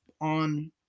on